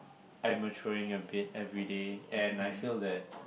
I maturing a bit everyday and I feel that